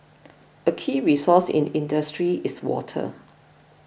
a key resource in industry is water